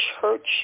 church